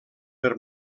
per